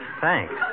Thanks